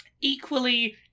Equally